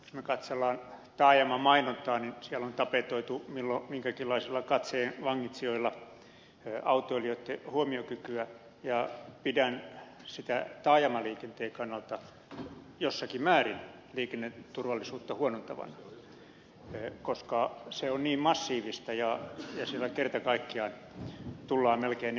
jos katsomme taajamamainontaa niin siellä on tapetoitu milloin minkäkinlaisilla katseenvangitsijoilla autoilijoitten huomiokykyä ja pidän sitä taajamaliikenteen kannalta jossakin määrin liikenneturvallisuutta huonontavana koska se on niin massiivista ja sillä kerta kaikkiaan tullaan melkein autoon sisään